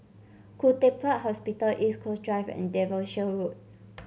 Khoo Teck Puat Hospital East Coast Drive and Devonshire Road